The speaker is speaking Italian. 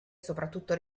soprattutto